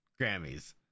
Grammys